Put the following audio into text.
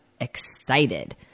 excited